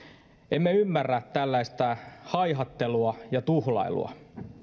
emme ymmärrä tällaista haihattelua ja tuhlailua